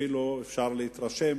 אפילו אפשר להתרשם